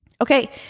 Okay